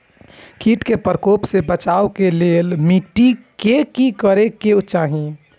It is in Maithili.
किट के प्रकोप से बचाव के लेल मिटी के कि करे के चाही?